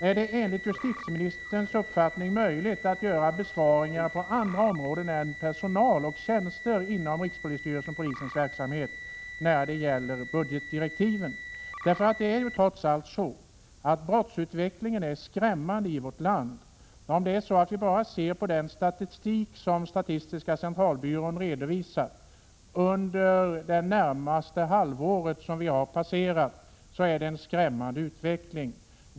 Är det enligt justitieministerns uppfattning möjligt att göra besparingar på andra områden än personal och tjänster i rikspolisstyrelsen och polisens verksamhet i samband med budgetdirektiven? Det är trots allt så, att brottsutvecklingen är skrämmande i vårt land. Den statistik som statistiska centralbyrån redovisar för det senaste halvåret är skrämmande.